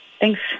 Thanks